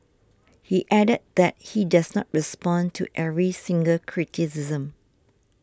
he added that he does not respond to every single criticism